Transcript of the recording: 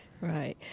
Right